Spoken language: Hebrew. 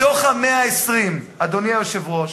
מתוך ה-120, אדוני היושב-ראש,